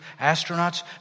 astronauts